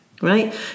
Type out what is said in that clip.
Right